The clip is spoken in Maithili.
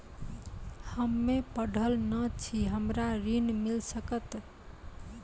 हम्मे पढ़ल न छी हमरा ऋण मिल सकत?